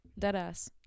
Deadass